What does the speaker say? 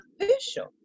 official